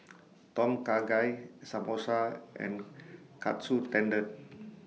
Tom Kha Gai Samosa and Katsu Tendon